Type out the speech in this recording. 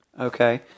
Okay